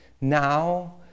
Now